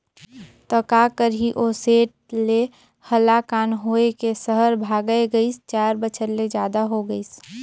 त का करही ओ सेठ ले हलाकान होए के सहर भागय गइस, चार बछर ले जादा हो गइसे